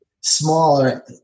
smaller